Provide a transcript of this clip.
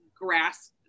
grasp